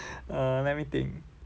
err let me think